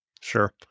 Sure